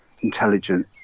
intelligent